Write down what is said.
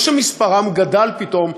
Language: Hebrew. ולא שמספרם גדל פתאום,